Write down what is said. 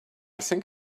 think